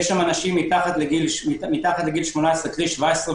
יש שם אנשים בני 17 ויום,